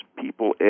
people